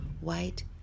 white